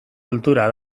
kultura